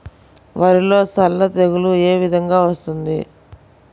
వరిలో సల్ల తెగులు ఏ విధంగా వస్తుంది?